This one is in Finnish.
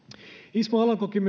ismo alankokin